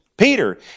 Peter